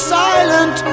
silent